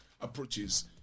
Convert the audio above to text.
approaches